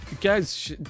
Guys